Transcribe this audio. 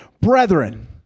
brethren